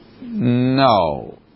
No